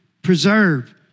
Preserve